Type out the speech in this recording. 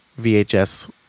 VHS